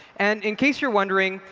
and in case you're wondering,